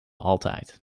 altijd